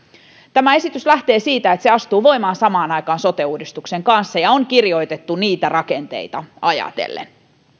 tämä esitys lähtee siitä että se astuu voimaan samaan aikaan sote uudistuksen kanssa ja on kirjoitettu niitä rakenteita ajatellen